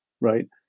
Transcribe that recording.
Right